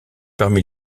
parmi